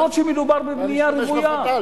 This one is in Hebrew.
אפילו שמדובר בבנייה רוויה.